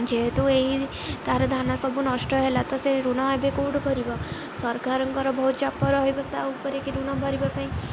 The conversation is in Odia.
ଯେହେତୁ ଏହି ତାର ଧାନ ସବୁ ନଷ୍ଟ ହେଲା ତ ସେ ଋଣ ଏବେ କେଉଁଠୁ ପରିବ ସରକାରଙ୍କର ବହୁତ ଚାପ ରହିବ ତା' ଉପରେ କି ଋଣ କରିବା ପାଇଁ